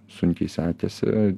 sunkiai sekėsi